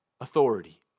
authority